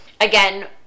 Again